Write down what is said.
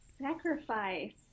Sacrifice